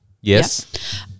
Yes